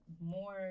more